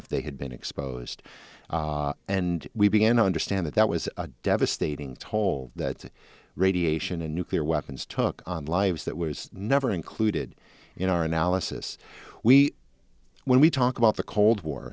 if they had been exposed and we began to understand that that was a devastating toll that radiation and nuclear weapons took on lives that was never included in our analysis we when we talk about the cold war